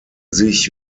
sich